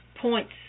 points